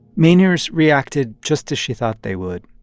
mainers reacted just as she thought they would.